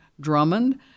Drummond